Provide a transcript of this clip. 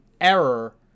error